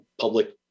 public